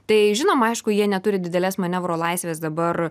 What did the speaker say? tai žinoma aišku jie neturi didelės manevro laisvės dabar